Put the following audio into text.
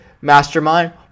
Mastermind